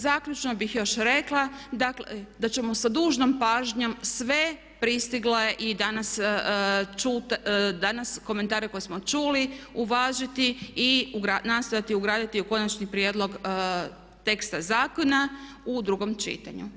Zaključno bih još rekla da ćemo sa dužnom pažnjom sve pristigle i danas komentare koje smo čuli uvažiti i nastojati ugraditi u konačni prijedlog teksta zakona u drugom čitanju.